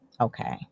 Okay